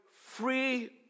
free